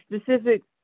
specific